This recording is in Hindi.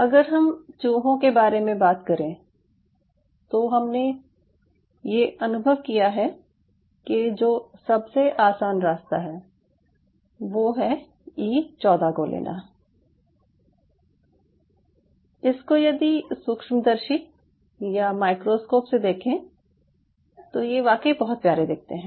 अगर हम चूहों के बारे में बात करें तो हमने ये अनुभव किया है कि जो सबसे आसान रास्ता है वो है ई 14 को लेना इसको यदि सूक्ष्मदर्शी यानि माइक्रोस्कोप से देखें तो ये वाकई बहुत प्यारे दिखते हैं